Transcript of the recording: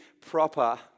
proper